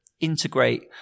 integrate